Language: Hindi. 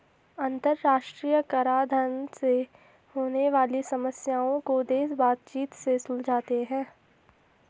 अंतरराष्ट्रीय कराधान से होने वाली समस्याओं को देश बातचीत से सुलझाते हैं